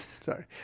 Sorry